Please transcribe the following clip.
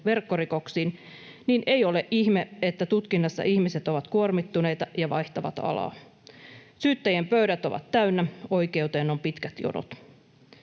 verkkorikoksiin, ei ole ihme, että tutkinnassa ihmiset ovat kuormittuneita ja vaihtavat alaa. Syyttäjien pöydät ovat täynnä, oikeuteen on pitkät jonot.